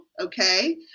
okay